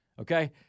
okay